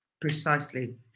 Precisely